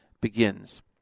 begins